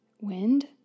Wind